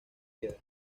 piedra